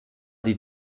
die